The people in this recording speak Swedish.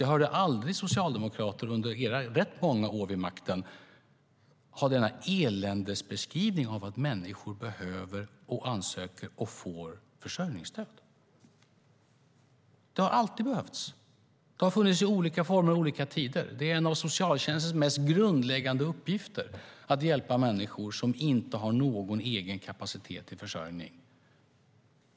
Jag hörde aldrig socialdemokrater under era rätt många år vid makten göra denna eländesbeskrivning av att människor behöver, ansöker om och får försörjningsstöd. Det har alltid behövts. Det har funnits i olika former under olika tider. Det är en av socialtjänstens mest grundläggande uppgifter att hjälpa människor som inte har någon egen kapacitet till försörjning.